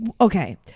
okay